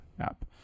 app